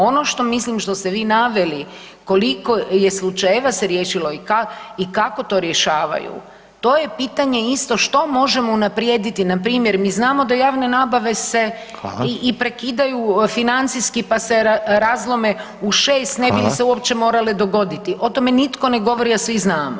Ono što mislim, što ste vi naveli koliko je slučajeva se riješilo i kako to rješavaju, to je pitanje isto što možemo unaprijediti npr. mi znamo da javne nabave se i prekidaju [[Upadica Reiner: Hvala.]] financijski pa se razlome u 6 ne bi li se uopće morale dogoditi, o tome nitko ne govori a svi znamo.